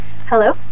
Hello